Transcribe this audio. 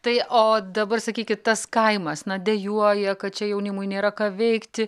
tai o dabar sakykit tas kaimas na dejuoja kad čia jaunimui nėra ką veikti